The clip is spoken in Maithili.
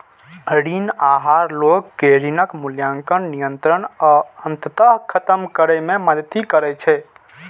ऋण आहार लोग कें ऋणक मूल्यांकन, नियंत्रण आ अंततः खत्म करै मे मदति करै छै